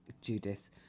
Judith